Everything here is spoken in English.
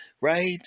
Right